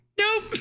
nope